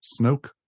Snoke